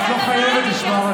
את לא חייבת לשמוע,